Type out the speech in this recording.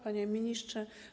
Panie Ministrze!